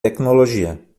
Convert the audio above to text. tecnologia